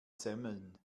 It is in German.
semmeln